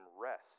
rest